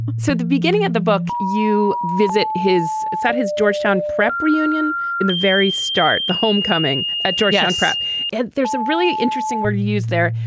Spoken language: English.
so the beginning of the book you visit his it's at his georgetown prep reunion in the very start the homecoming at georgetown prep and there's a really interesting word you use there.